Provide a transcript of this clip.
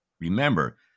Remember